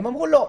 הם אמרו לא,